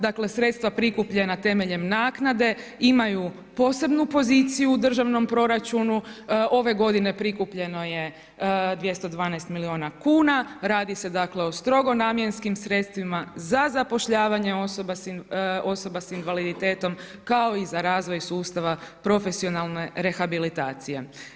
Dakle sredstva prikupljena temeljem naknade imaju posebnu poziciju u državnom proračunu, ove godine prikupljeno je 212 milijuna kuna, radi se dakle o strogo namjenskim sredstvima za zapošljavanje osoba s invaliditetom kao i za razvoj sustava profesionalne rehabilitacije.